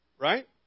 right